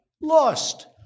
lost